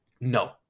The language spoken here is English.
No